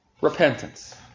Repentance